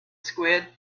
squid